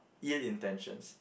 ill intentions